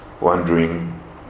wondering